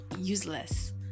useless